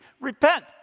Repent